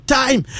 time